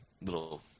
little